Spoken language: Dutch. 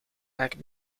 vaak